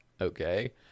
okay